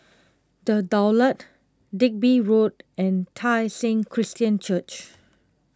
the Daulat Digby Road and Tai Seng Christian Church